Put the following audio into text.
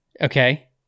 Okay